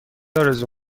آرزو